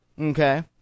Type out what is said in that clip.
okay